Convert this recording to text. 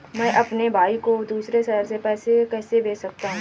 मैं अपने भाई को दूसरे शहर से पैसे कैसे भेज सकता हूँ?